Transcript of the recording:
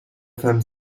femme